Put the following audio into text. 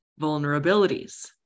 vulnerabilities